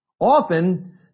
Often